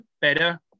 better